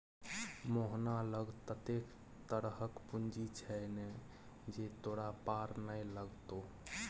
मोहना लग ततेक तरहक पूंजी छै ने जे तोरा पार नै लागतौ